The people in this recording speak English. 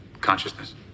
consciousness